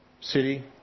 city